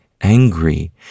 angry